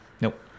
nope